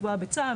לקבוע בצו,